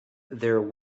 there